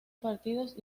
partidos